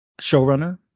showrunner